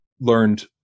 learned